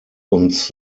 uns